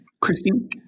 Christine